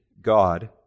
God